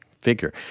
figure